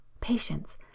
Patience